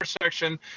intersection